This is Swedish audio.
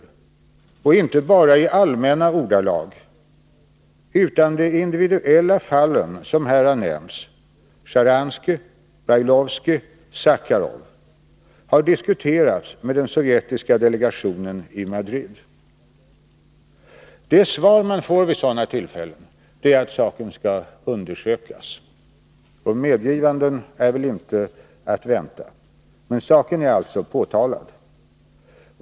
Det skedde inte bara i allmänna ordalag, utan de individuella fall som här har nämnts — Sjtjaranskij, Brajlovskij, Sacharov — har diskuterats, med den sovjetiska delegationen i Madrid. Det svar som man får vid sådana tillfällen är att saken skall undersökas. Några medgivanden är väl inte att vänta. Men saken är alltså påtalad.